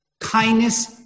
Kindness